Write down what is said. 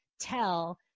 tell